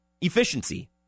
efficiency